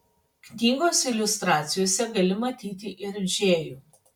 knygos iliustracijose gali matyti ir džėjų